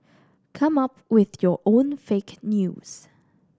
come up with your own fake news